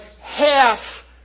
half